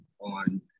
on